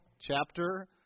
chapter